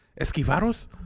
Esquivaros